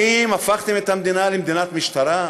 האם הפכתם את המדינה למדינת משטרה?